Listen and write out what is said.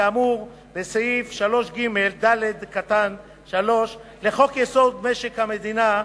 כאמור בסעיף 3ג(ד)(3) לחוק-יסוד: משק המדינה,